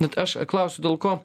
bet aš klausiu dėl ko